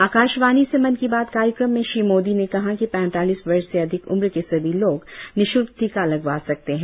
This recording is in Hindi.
आकाशवाणी से मन की बात कार्यक्रम में श्री मोदी ने कहा कि पैतालीस वर्ष से अधिक उम्र के सभी लोग निश्ल्क टीका लगवा सकते हैं